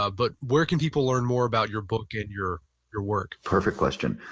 ah but where can people learn more about your book and your your work? perfect question.